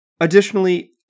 Additionally